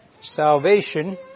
salvation